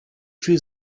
trees